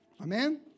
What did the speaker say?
Amen